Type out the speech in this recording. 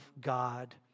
God